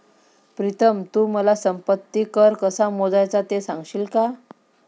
प्रीतम तू मला संपत्ती कर कसा मोजायचा ते सांगशील का?